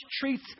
treats